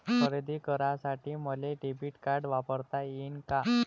खरेदी करासाठी मले डेबिट कार्ड वापरता येईन का?